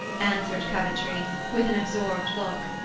answered coventry, with an absorbed look.